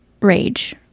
rage